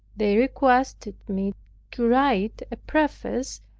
they requested me to write a preface,